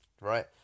right